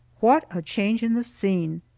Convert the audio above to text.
what a change in the scene!